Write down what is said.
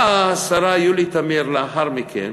באה השרה יולי תמיר, לאחר מכן,